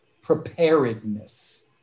preparedness